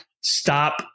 stop